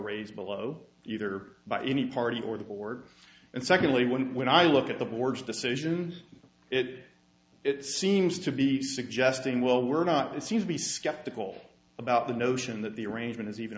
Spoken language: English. raised below either by any party or the board and secondly when when i look at the board's decision it seems to be suggesting well we're not and seem to be skeptical about the notion that the arrangement is even